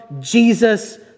Jesus